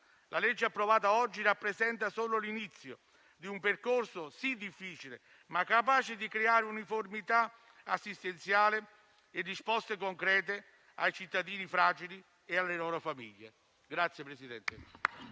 La legge approvata oggi rappresenta solo l'inizio di un percorso, sì, difficile, ma capace di creare uniformità assistenziale e risposte concrete ai cittadini fragili e alle loro famiglie.